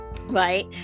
right